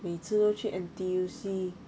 每次都去 N_T_U_C